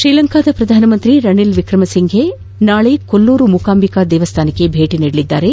ಶ್ರೀಲಂಕಾ ಪ್ರಧಾನಿ ರನಿಲ್ ವಿಕ್ರಮ ಸಿಂಫೆ ನಾಳೆ ಕೊಲ್ಲೂರು ಮೂಕಾಂಬಿಕಾ ದೇವಸ್ಥಾನಕ್ಕೆ ಭೇಟಿ ನೀಡಲಿದ್ದಾರೆ